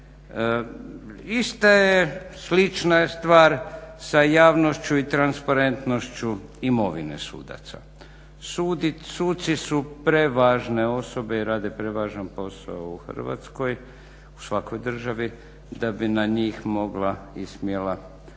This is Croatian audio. Iste slična je stvar sa javnošću i transparentnošću imovine sudaca. Suci su prevažne osobe i rade prevažan posao u Hrvatskoj, u svakoj državi da bi na njih mogla i smjela padati